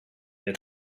had